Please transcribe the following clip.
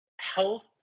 health